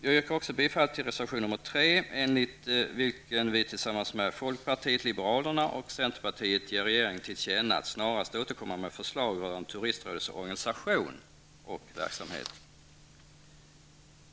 Jag yrkar också bifall till reservation 3, i vilken vi tillsammans med folkpartiet liberalerna och centerpartiet ger regeringen till känna att den snarast bör återkomma med förslag rörande turistrådets organisation och verksamhet.